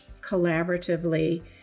collaboratively